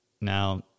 Now